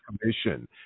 commission